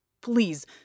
Please